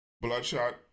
Bloodshot